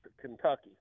Kentucky